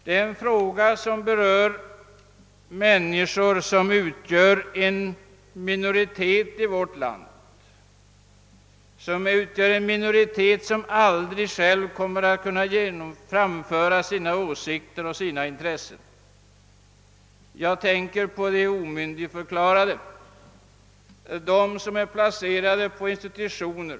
Det är en fråga som berör människor som utgör en minoritet i vårt land, en minoritet som aldrig själv kommer att kunna framföra sina åsikter eller hävda sina intressen. Jag tänker på de omyndigförklarade, de som är placerade på institutioner.